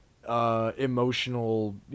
Emotional